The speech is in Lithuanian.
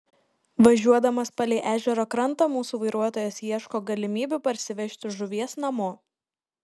važiuodamas palei ežero krantą mūsų vairuotojas ieško galimybių parsivežti žuvies namo